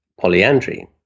polyandry